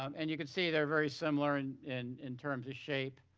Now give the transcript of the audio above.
um and you could see they are very similar and in in terms of shape.